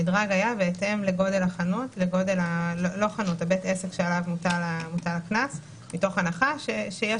המדרג היה בהתאם לגודל בית העסק עליו הוטל הקנס מתוך הנחה שיש